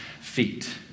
feet